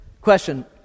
question